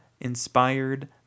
inspired